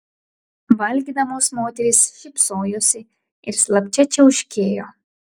valgydamos moterys šypsojosi ir slapčia čiauškėjo